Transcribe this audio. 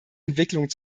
entwicklungen